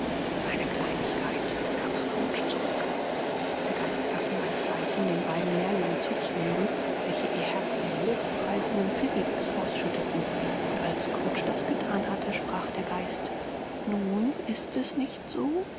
eine kleinigkeit gab scrooge zurück der geist gab ihm ein zeichen den beiden lehrlingen zuzuhören welche ihr herz in lobpreisungen fezziwigs ausschütteten und als scrooge das gethan hatte sprach der geist nun ist es nicht so